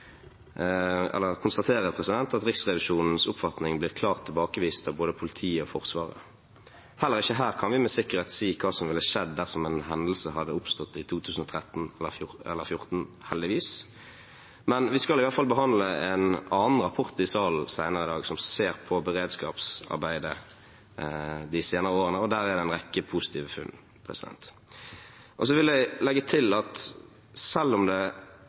eller hver for seg, vil være i stand til å utøve tilstrekkelig beskyttelse og sikring av viktige objekter ved en trusselsituasjon». Det siste er sitert fra deres konklusjon. Her må vi konstatere at Riksrevisjonens oppfatning blir klart tilbakevist av både politiet og Forsvaret. Heller ikke her kan vi med sikkerhet si hva som ville ha skjedd dersom en hendelse hadde oppstått i 2013 eller 2014, heldigvis, men vi skal i alle fall behandle en annen rapport i salen senere i dag som ser på beredskapsarbeidet de senere årene, og der